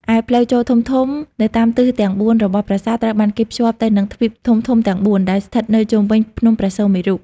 ឯ ផ្លូវចូលធំៗនៅតាមទិសទាំងបួនរបស់ប្រាសាទ ត្រូវបានគេភ្ជាប់ទៅនឹងទ្វីបធំៗទាំងបួន ដែលស្ថិតនៅជុំវិញភ្នំព្រះសុមេរុ។